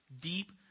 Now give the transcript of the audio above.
deep